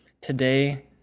today